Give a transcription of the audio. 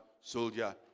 soldier